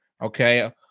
okay